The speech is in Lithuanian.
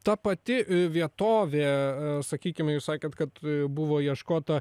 ta pati vietovė sakykime jūs sakėt kad buvo ieškota